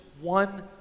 one